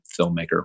filmmaker